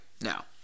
Now